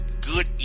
good